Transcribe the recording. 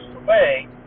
away